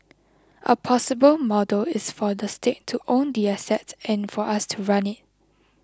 a possible model is for the state to own the assets and for us to run it